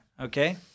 okay